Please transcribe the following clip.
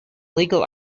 legal